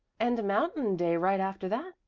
and mountain day right after that,